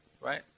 right